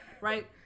right